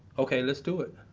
ok, let's do it.